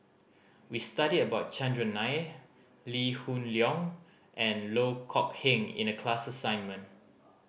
we studied about Chandran Nair Lee Hoon Leong and Loh Kok Heng in the class assignment